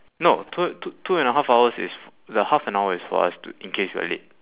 no t~ two two and a half hours is the half an hour is for us to in case we're late